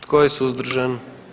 Tko je suzdržan?